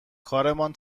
کارامون